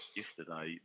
yesterday